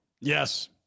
Yes